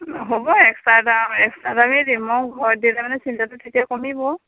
হ'ব এক্সট্ৰা দাম এক্সট্ৰা দামেই দিম মই ঘৰত দিলে মানে চিন্তাটো তেতিয়া কমিব